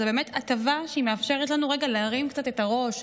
זו באמת הטבה שמאפשרת לנו רגע להרים קצת את הראש,